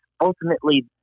ultimately